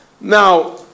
Now